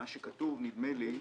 מה שכתוב, נדמה לי,